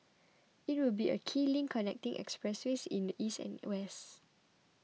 it will be a key link connecting expressways in the east and west